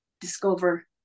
discover